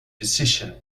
decision